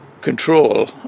control